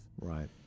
Right